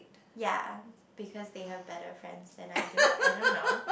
ya because they have better friends than I do I don't know